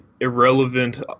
irrelevant